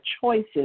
choices